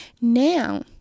Now